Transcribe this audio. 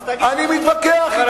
אז תגיד, אני מתווכח אתך.